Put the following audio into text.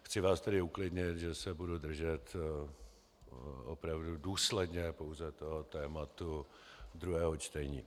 Chci vás tedy uklidnit, že se budu držet opravdu důsledně pouze toho tématu druhého čtení.